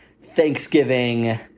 Thanksgiving